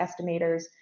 estimators